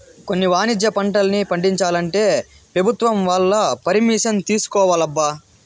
కొన్ని వాణిజ్య పంటల్ని పండించాలంటే పెభుత్వం వాళ్ళ పరిమిషన్ తీసుకోవాలబ్బా